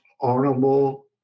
honorable